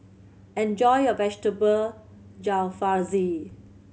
enjoy your Vegetable Jalfrezi